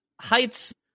Heights –